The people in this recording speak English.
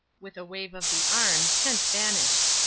with a wave of the arm, kent vanished.